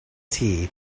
tea